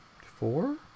four